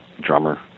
drummer